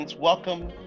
Welcome